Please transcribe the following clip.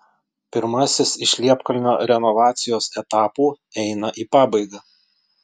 pirmasis iš liepkalnio renovacijos etapų eina į pabaigą